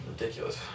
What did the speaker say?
Ridiculous